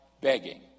begging